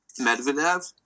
Medvedev